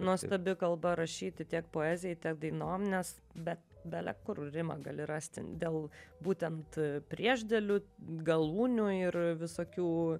nuostabi kalba rašyti tiek poezijai tiek dainom nes bet bele kur rimą gali rasti dėl būtent priešdėlių galūnių ir a visokių